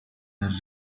are